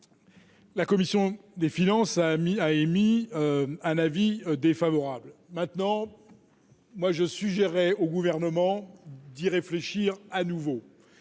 La commission des finances ami a émis un avis défavorable, maintenant moi je suggérerais au gouvernement d'y réfléchir à nouveau